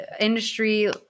industry